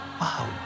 wow